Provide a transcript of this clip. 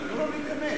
נתנו לו להיכנס.